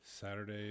Saturday